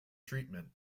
treatment